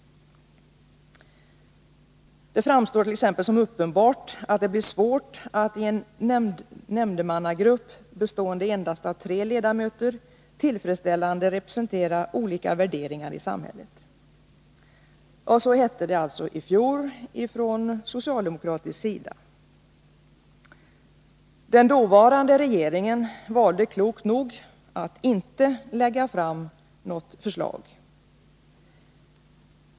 Det framstår t.ex. som uppenbart att det blir svårt att i en nämndemannagrupp bestående endast av tre ledamöter tillfredsställande representera olika värderingar i samhället.” Så hette det alltså från socialdemokratisk sida i fjol. Den'dåvarande regeringen valde klokt nog att inte lägga fram något förslag.